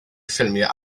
ffilmiau